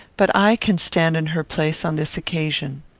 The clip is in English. but i can stand in her place on this occasion.